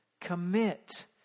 commit